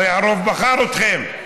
הרי הרוב בחר אתכם.